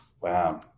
Wow